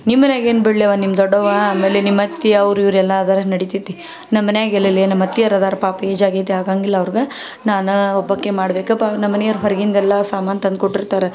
ನಿಮ್ಮ ಮನೆಯಾಗ ಏನು ಬಿಳ್ಯವ್ವ ನಿಮ್ದು ದೊಡ್ಡವ್ವ ಆಮೇಲೆ ನಿಮ್ಮ ಅತ್ತೆ ಅವ್ರು ಇವರೇ ಎಲ್ಲ ಅದರ ನಡಿತೈತಿ ನಮ್ಮ ಮನೆಯಾಗ ಎಲ್ಲೆಲ್ಲ ನಮ್ಮ ಅತ್ತೆಯೋರು ಅದಾರಪ್ಪ ಏಜ್ ಆಗೈತಿ ಆಗಂಗಿಲ್ಲ ಅವ್ರ್ಗೆ ನಾನಾ ಒಬ್ಬಾಕೆ ಮಾಡಬೇಕಪ್ಪ ನಮ್ಮ ಮನೆಯೋರು ಹೊರ್ಗಿಂದೆಲ್ಲ ಸಾಮಾನು ತಂದು ಕೊಟ್ಟಿರ್ತಾರೆ